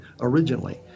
originally